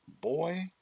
Boy